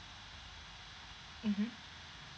mmhmm